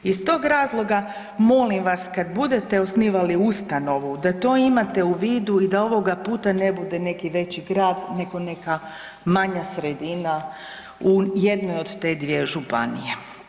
Iz tog razloga molim vas kad budete osnivali ustanovu da to imate u vidu i da ovoga puta ne bude neki veći grad nego neka manja sredina u jednoj od te dvije županije.